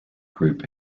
group